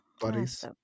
buddies